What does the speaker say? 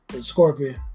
Scorpion